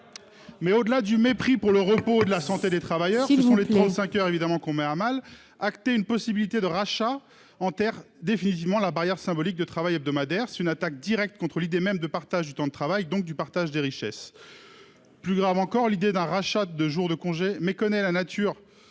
Au-delà du mépris pour le repos et la santé des travailleurs, ce sont les 35 heures que l'on met à mal. Acter un possible rachat des RTT, c'est enterrer définitivement la barrière symbolique de travail hebdomadaire. C'est une attaque directe contre l'idée même de partage du temps de travail, donc de partage des richesses. Plus grave encore, instaurer un tel rachat, c'est méconnaître la nature